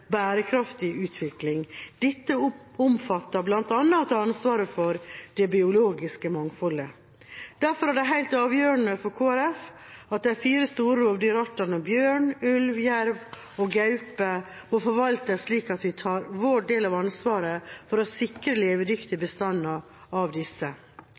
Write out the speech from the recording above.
bærekraftig utvikling. Dette omfatter bl.a. å ta ansvar for det biologiske mangfoldet. Derfor er det helt avgjørende for Kristelig Folkeparti at de fire store rovdyrartene, bjørn, ulv, jerv og gaupe, forvaltes slik at vi tar vår del av ansvaret for å sikre levedyktige bestander av disse.